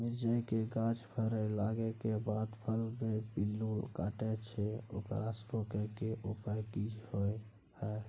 मिरचाय के गाछ फरय लागे के बाद फल में पिल्लू काटे छै ओकरा रोके के उपाय कि होय है?